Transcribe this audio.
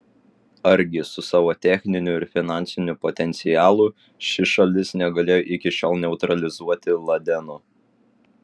argi su savo techniniu ir finansiniu potencialu ši šalis negalėjo iki šiol neutralizuoti ladeno